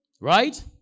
Right